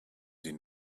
sie